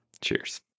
Cheers